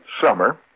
summer